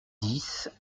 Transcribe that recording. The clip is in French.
dix